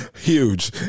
Huge